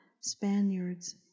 Spaniards